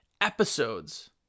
episodes